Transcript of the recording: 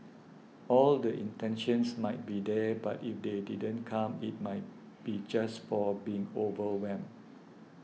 all the intentions might be there but if they didn't come it might be just for being overwhelmed